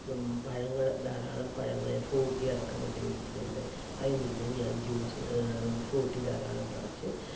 പഴങ്ങൾ ധാരാളം പഴങ്ങൾ ഫ്രൂട്ടി അടക്കം എൻ്റെ വീട്ടിലുണ്ട് അതിൽ നിന്ന് ഞാൻ ജ്യൂസ് ഫ്രൂട്ടി ധാരാളം പറിച്ച്